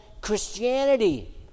Christianity